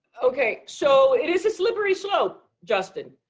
ok, so it is a slippery slope, justin.